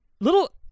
Little